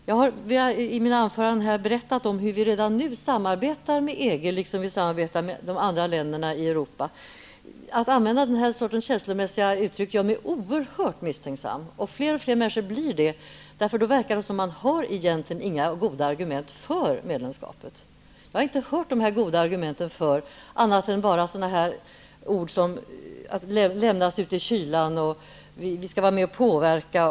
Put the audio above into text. Jag har i mitt anförande berättat hur vi redan nu har samarbete med EG liksom med de andra länderna i Europa. Att den här sortens känsloladdade uttryck används gör mig oerhört misstänksam. Fler och fler människor blir det, för det verkar som att man egentligen inte har några goda argument för medlemskapet. Jag har inte hört de goda argumenten, annat än att ''vi lämnas ute i kylan'' och ''vi skall vara med och påverka''.